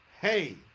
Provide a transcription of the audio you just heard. hey